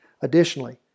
Additionally